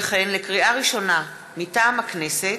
לקריאה ראשונה, מטעם הכנסת: